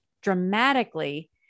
dramatically